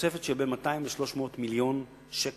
תוספת של בין 200 ל-300 מיליון שקל,